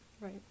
right